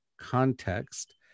context